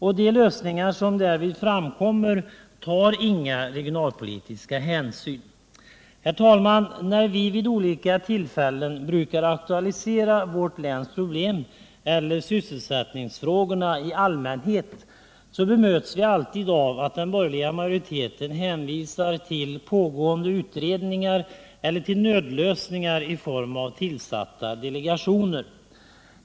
Och i de lösningar som därvid framkommer tas inte regionalpolitiska hänsyn. Herr talman! När vi vid olika tillfällen brukar aktualisera vårt läns problem eller sysselsättningsfrågorna i allmänhet bemöts vi alltid av att den borgerliga majoriteten hänvisar till pågående utredningar eller till nödlösningar i form av tillsatta delegationer.